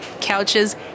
couches